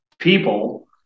People